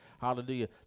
Hallelujah